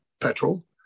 petrol